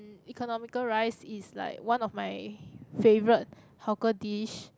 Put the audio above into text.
economical rice is like one of my favourite hawker dish